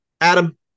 Adam